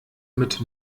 mit